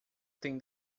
tem